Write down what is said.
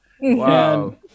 Wow